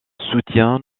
soutient